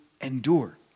endure